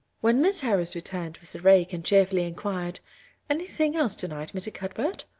when miss harris returned with the rake and cheerfully inquired anything else tonight, mr. cuthbert?